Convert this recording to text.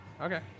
okay